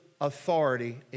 authority